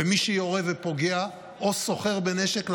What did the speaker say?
מי שיורה ופוגע או סוחר בנשק,